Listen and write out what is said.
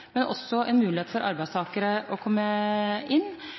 også en mulighet for arbeidstakere til å komme inn,